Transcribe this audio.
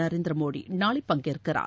நரேந்திர மோடி நாளை பங்கேற்கிறார்